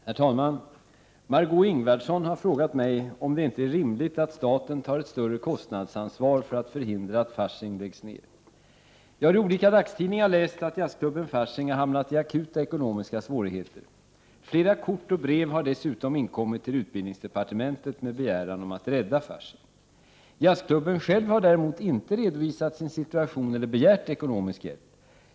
Herr talman! Jag har i olika dagstidningar läst att jazzklubben Fasching har hamnat i akuta ekonomiska svårigheter. Flera kort och brev har dessutom inkommit till utbildningsdepartementet med begäran om att rädda Fasching. Jazzklubben har däremot inte själv redovisat sin situation eller begärt ekonomisk hjälp.